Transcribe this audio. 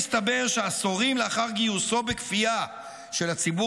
מסתבר שעשורים לאחר גיוסו בכפייה של הציבור